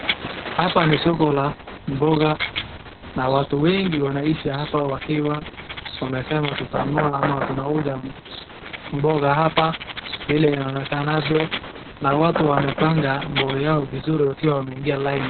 Hapa ni soko la mboga na watu wengi wanaishi hapa wakiwa wamesema tutanunua ama tunauza mboga hapa vile inaonekanavyo na watu wamepanga mboga yao vizuri wakiwa wameingia line .